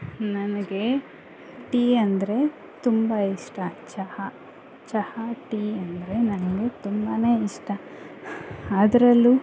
ನನಗೆ ಟೀ ಅಂದರೆ ತುಂಬ ಇಷ್ಟ ಚಹಾ ಚಹಾ ಟೀ ಅಂದರೆ ನನಗೆ ತುಂಬನೇ ಇಷ್ಟ ಅದ್ರಲ್ಲೂ